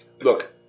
Look